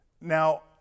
Now